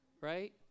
right